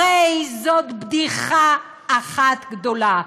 הרי זו בדיחה אחת גדולה,